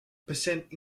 percent